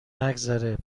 نگذره